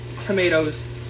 tomatoes